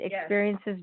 experiences